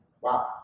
wow